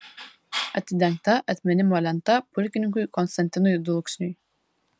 atidengta atminimo lenta pulkininkui konstantinui dulksniui